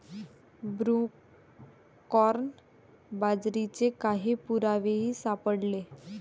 broomcorn बाजरीचे काही पुरावेही सापडले